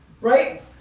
Right